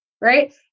right